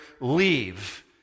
leave